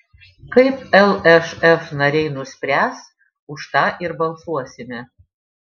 kaip lšf nariai nuspręs už tą ir balsuosime